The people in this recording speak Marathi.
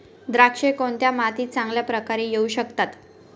द्राक्षे कोणत्या मातीत चांगल्या प्रकारे येऊ शकतात?